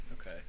okay